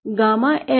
gamma L